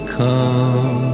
come